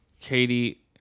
Katie